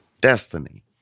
destiny